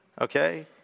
Okay